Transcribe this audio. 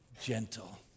gentle